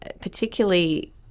particularly